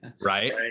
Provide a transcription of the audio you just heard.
right